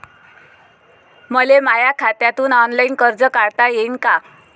मले माया खात्यातून ऑनलाईन कर्ज काढता येईन का?